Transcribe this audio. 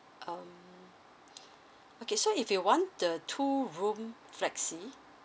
um okay so if you want the two room flexi